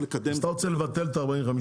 לקדם --- אז אתה רוצה לבטל את ה-45 יום?